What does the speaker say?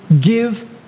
give